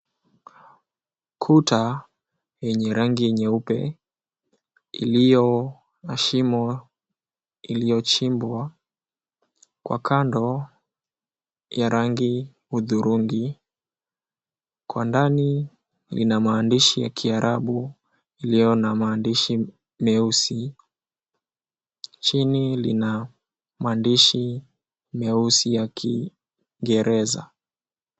Kuta yenye rangi nyeupe iliyo na shimo iliyochimbwa kwa kando ya rangi hudhurungi, kwa ndani lina maandishi ya kiarabu iliyo na maandishi meusi, chini lina maandishi meusi ya kiingereza.